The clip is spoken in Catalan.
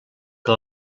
que